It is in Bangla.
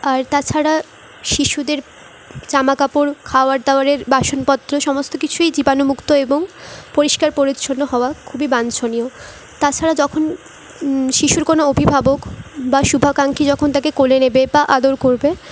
আর তাছাড়া শিশুদের জামা কাপড় খাওয়ার দাওয়ারের বাসনপত্র সমস্ত কিছুই জীবাণুমুক্ত এবং পরিষ্কার পরিচ্ছন্ন হওয়া খুবই বাঞ্ছনীয় তাছাড়া যখন শিশুর কোনো অভিভাবক বা শুভাকাঙ্ক্ষী যখন তাকে কোলে নেবে বা আদর করবে